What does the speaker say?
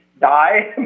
die